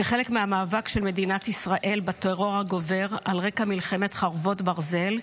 כחלק מהמאבק של מדינת ישראל בטרור הגובר על רקע מלחמת חרבות ברזל,